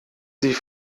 sie